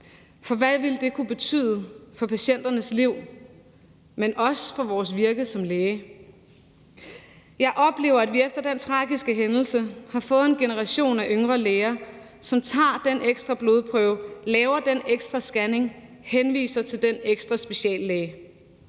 for hvad ville det kunne betyde for patienternes liv, men også for vores virke som læge? Jeg oplever, at vi efter den tragiske hændelse har fået en generation af yngre læger, som tager den ekstra blodprøve, laver den ekstra scanning, giver den ekstra henvisning